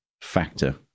factor